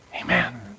Amen